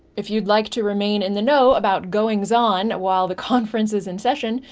if you'd like to remain in the know about goings-on while the conference is in session,